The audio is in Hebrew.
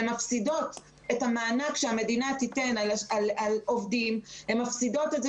הן מפסידות את המענק שהמדינה תיתן על עובדים והן מביאות אותן